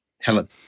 Helen